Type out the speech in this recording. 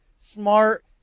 smart